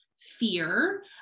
fear